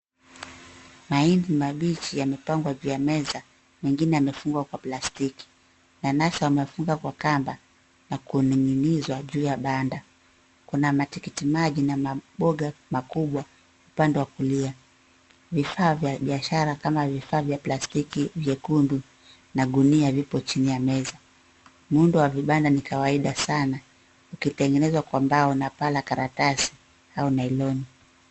Mahindi mabichi yamepangwa juu ya meza, mengine yamefungwa kwa plastiki. Nanasi wamefunga kwa kamba na kuning'inizwa juu ya banda. Kuna matikiti maji na mboga kubwa upande wa kulia. Vifaa vya biashara kama vifaa vya plastiki vyekundu na gunia lipo chini ya meza. Muundo wa vibanda ni kawaida sana, ukitengenezwa kwa mbao na paa la karatasi au nailoni.